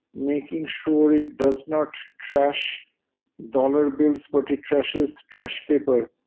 making sure it does not trash dollar bills, but it trashes trash paper,